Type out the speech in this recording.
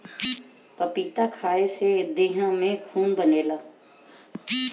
पपीता खाए से देह में खून बनेला